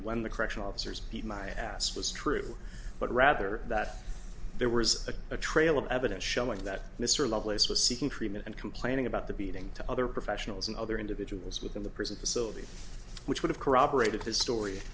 when the correctional officers beat my ass was true but rather that there was a a trail of evidence showing that mr lovelace was seeking treatment and complaining about the beating to other professionals and other individuals within the prison facility which would have corroborated his story